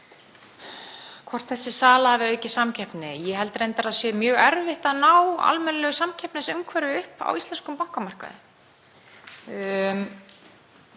Hvort þessi sala hafi aukið samkeppni — ég held reyndar að það sé mjög erfitt að ná almennilegu samkeppnisumhverfi á íslenskum bankamarkaði.